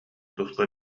туспа